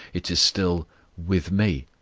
it is still with me,